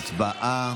הצבעה.